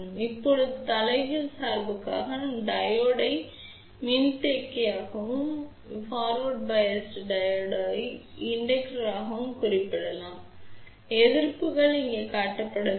இப்போது தலைகீழ் சார்புக்காக நாம் டையோடு மின்தேக்கமாகவும் முன்னோக்கி சார்புக்காகவும் டையோடு தூண்டியாகக் குறிப்பிடலாம் எதிர்ப்புகள் இங்கே காட்டப்படவில்லை